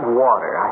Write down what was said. water